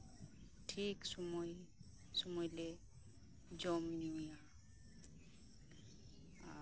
ᱴᱷᱤᱠ ᱥᱚᱢᱚᱭ ᱥᱚᱢᱚᱭ ᱨᱮᱜᱮᱞᱳ ᱡᱚᱢᱼᱧᱩ ᱭᱟ